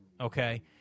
okay